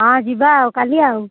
ହଁ ଯିବା ଆଉ କାଲି ଆଉ